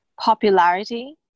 popularity